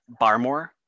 Barmore